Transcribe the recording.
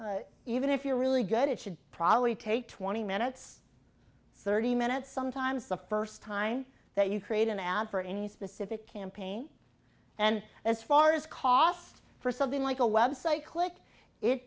here even if you're really good it should probably take twenty minutes thirty minutes sometimes the first time that you create an ad for any specific campaign and as far as costs for something like a website click it